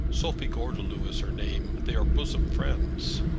sophie gordeloup is her name. they are bosom friends.